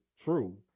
true